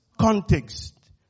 context